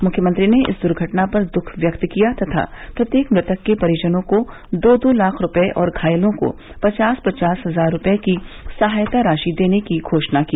मुख्यमंत्री ने इस दुर्घटना पर दुःख व्यक्त किया तथा प्रत्येक मृतक के परिजनों को दो दो लाख रूपये और घायलों को पचास पचास हजार रूपये की सहायता राशि देने की घोषणा की